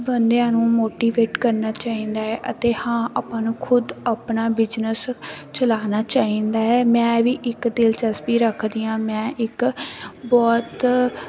ਬੰਦਿਆਂ ਨੂੰ ਮੋਟੀਵੇਟ ਕਰਨਾ ਚਾਹੀਦਾ ਹੈ ਅਤੇ ਹਾਂ ਆਪਾਂ ਨੂੰ ਖੁਦ ਆਪਣਾ ਬਿਜਨਸ ਚਲਾਉਣਾ ਚਾਹੀਦਾ ਹੈ ਮੈਂ ਵੀ ਇੱਕ ਦਿਲਚਸਪੀ ਰੱਖਦੀ ਹਾਂ ਮੈਂ ਇੱਕ ਬਹੁਤ